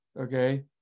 Okay